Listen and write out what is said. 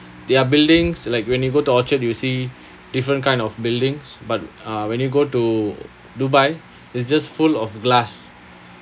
their buildings like when you go to orchard you see different kind of buildings but uh when you go to dubai it's just full of glass